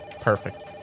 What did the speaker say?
Perfect